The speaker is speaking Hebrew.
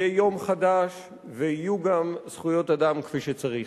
יהיה יום חדש ויהיו גם זכויות אדם, כפי שצריך.